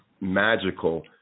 magical